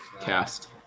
Cast